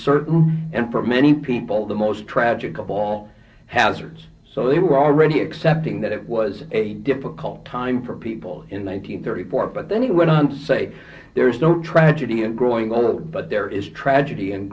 certain and for many people the most tragic of all hazards so they were already accepting that it was a difficult time for people in one nine hundred thirty four but then he went on to say there is no tragedy in growing older but there is tragedy and